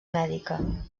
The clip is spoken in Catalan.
mèdica